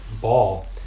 ball